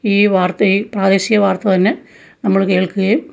ഈ വാർത്ത ഈ പ്രാദേശിക വാർത്ത തന്നെ നമ്മൾ കേൾക്ക്കേം